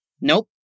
Nope